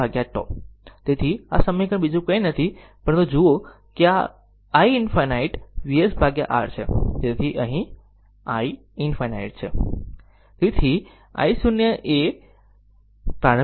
તેથી આ સમીકરણ બીજું કંઈ નથી પરંતુ જુઓ કે આ iinfinity VsR છે અહીં iinfinity છે